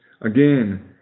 Again